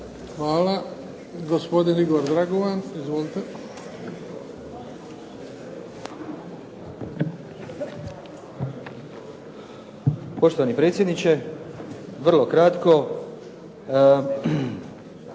Hvala. Gospodin Igor Dragovan. Izvolite.